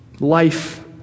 Life